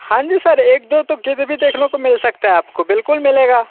हाँ जी सर एक दो तो गिद्ध भी देखने को मिल सकता है आपको बिल्कुल मिलेगा